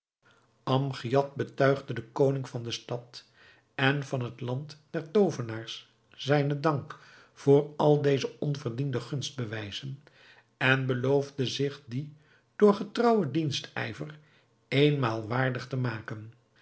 amgiad betuigde den koning van de stad en van het land der toovenaars zijnen dank voor al deze onverdiende gunstbewijzen en beloofde zich die door getrouwen dienstijver éénmaal waardig te maken